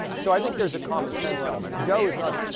so, i think there's a common sense element. joe is not,